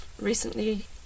recently